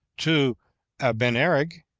to abennerig,